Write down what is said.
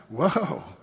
whoa